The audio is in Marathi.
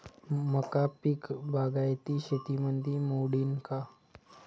मका पीक बागायती शेतीमंदी मोडीन का?